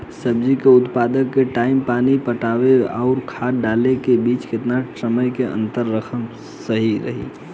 सब्जी के उत्पादन करे टाइम पानी पटावे आउर खाद डाले के बीच केतना टाइम के अंतर रखल सही रही?